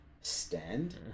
stand